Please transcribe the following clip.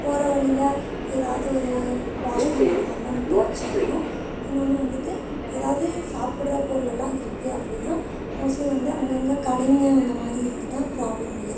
போகிற வழியில ஏதாவது ஒரு வாஷ் ரூம் அந்தமாதிரிலாம் நீட்டாக வச்சிருக்கணும் இன்னொன்று வந்துட்டு எதாவது சாப்பிடுற பொருள்லெல்லாம் இருக்குது அப்படினா மோஸ்ட்லி வந்து அங்கங்கே கடைங்கள் அந்தமாதிரி இருந்துட்டால் ப்ராப்லம் இல்லை